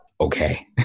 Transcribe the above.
okay